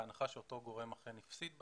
בהנחה שאותו גורם אכן הפסיד בהם,